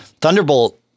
Thunderbolt